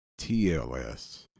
TLS